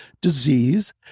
disease